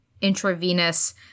intravenous